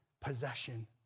possession